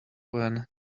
when